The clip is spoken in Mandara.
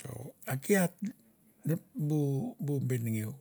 So a ki hat bu benengeu,